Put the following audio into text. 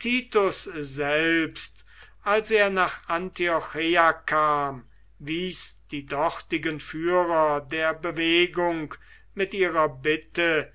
titus selbst als er nach antiocheia kam wies die dortigen führer der bewegung mit ihrer bitte